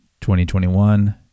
2021